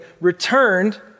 returned